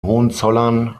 hohenzollern